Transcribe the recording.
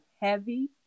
heavy